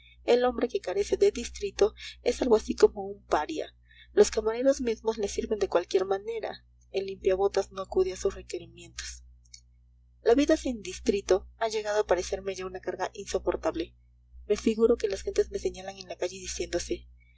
el hombre que carece de distrito es algo así como un paria los camareros mismos le sirven de cualquier manera el limpiabotas no acude a sus requerimientos la vida sin distrito ha llegado a parecerme ya una carga insoportable me figuro que las gentes me señalan en la calle diciéndose